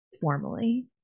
formally